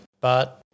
but-